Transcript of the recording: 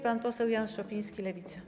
Pan poseł Jan Szopiński, Lewica.